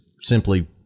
simply